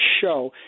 show